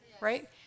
Right